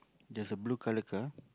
there's a blue colour car